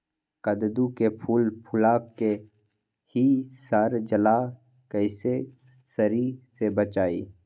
कददु के फूल फुला के ही सर जाला कइसे सरी से बचाई?